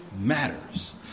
matters